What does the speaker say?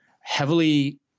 heavily